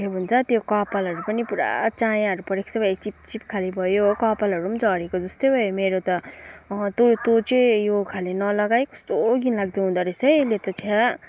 के भन्छ त्यो कपालहरू पनि पुरा चाँयाहरू परेको जस्तो भयो पुरा चिपचिप खाले भयो कपालहरू पनि झरेको जस्तै भयो मेरो त तँ तँ चाहिँ यो खाले नलगा है कस्तो घिनलाग्दो हुँदा रहेछ है यसले त छ्याः